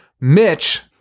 Mitch